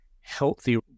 healthy